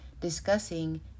discussing